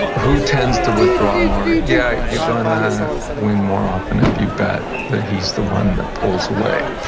who tends to withdraw more, yeah, you're going to win more often if you bet that he's the one that pulls away.